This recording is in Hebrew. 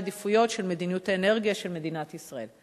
העדיפויות של מדיניות האנרגיה של מדינת ישראל.